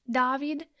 david